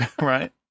Right